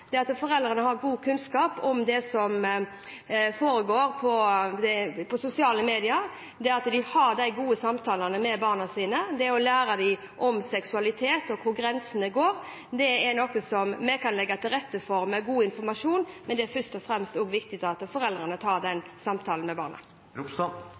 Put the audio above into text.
har god kunnskap om det som foregår på sosiale medier, at de har de gode samtalene med barna sine, at de lærer dem om seksualitet og hvor grensene går, er noe vi kan legge til rette for med god informasjon, men det er først og fremst viktig at foreldrene tar den